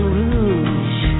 Rouge